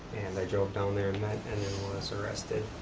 and i drove down there and met, and then was arrested.